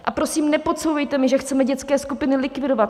A prosím, nepodsouvejte mi, že chceme dětské skupiny likvidovat.